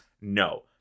No